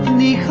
the